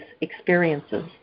experiences